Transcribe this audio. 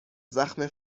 زخم